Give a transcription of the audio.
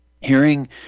Hearing